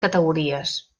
categories